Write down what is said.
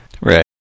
Right